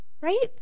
Right